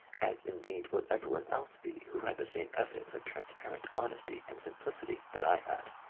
as in deed would everyone else be who had the same evidence of transparent honesty and simplicity that i had.